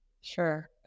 sure